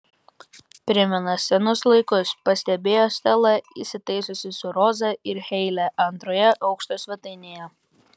primena senus laikus pastebėjo stela įsitaisiusi su roza ir heile antrojo aukšto svetainėje